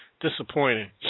disappointing